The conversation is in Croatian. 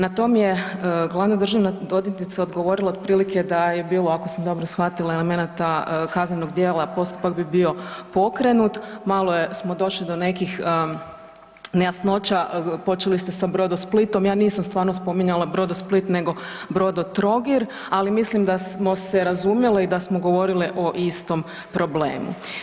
Na to mi je glavna državna odvjetnica odgovorila otprilike da je bilo ako sam dobro shvatila elemenata kaznenog djela postupak bi bio pokrenut, malo je smo došli do nekih nejasnoća počeli ste sa Brodosplitom, ja nisam stvarno spominjala Brodosplit nego Brodotrogir ali mislim da smo se razumjele i da smo govorile o istom problemu.